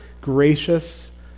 gracious